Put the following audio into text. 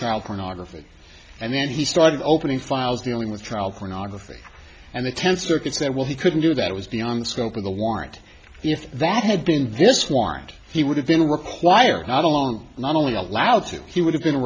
child pornography and then he started opening files dealing with child pornography and the tenth circuit said well he couldn't do that it was beyond the scope of the warrant if that had been vis warrant he would have been required not along not only allowed to he would have been